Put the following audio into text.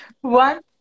One